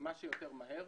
כמה שיותר מהר.